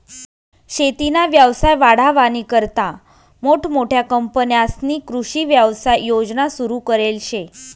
शेतीना व्यवसाय वाढावानीकरता मोठमोठ्या कंपन्यांस्नी कृषी व्यवसाय योजना सुरु करेल शे